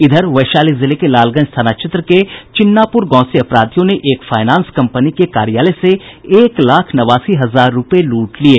इधर वैशाली जिले के लालगंज थाना क्षेत्र के चिन्नापुर गांव से अपराधियों ने एक फाइनांस कंपनी के कार्यालय से एक लाख नवासी हजार रूपये लूट लिये